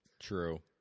True